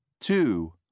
Two